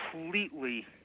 completely